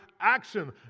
action